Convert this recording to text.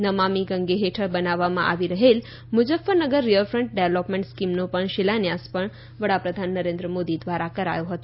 નમામી ગંગે હેઠલ બનાવવામાં આવી રહેલ મુઝઝફરનગર રીવરફન્ટ ડેવલોપમેન્ટ સ્કીમનો શિલાન્યાસ પણ વડાપ્રધાન મોદી દ્વારા કરાયો હતો